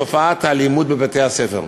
את תופעת האלימות בבתי-הספר.